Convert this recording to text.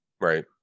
right